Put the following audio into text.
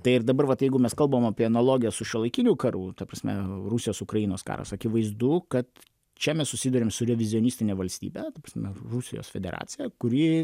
tai ir dabar vat jeigu mes kalbam apie analogiją su šiuolaikiniu karu ta prasme rusijos ukrainos karas akivaizdu kad čia mes susiduriam su revizionistine valstybe ta prasme rusijos federacija kuri